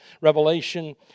Revelation